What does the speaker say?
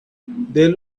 they